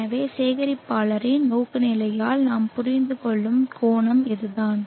எனவே சேகரிப்பாளரின் நோக்குநிலையால் நாம் புரிந்துகொள்ளும் கோணம் இதுதான்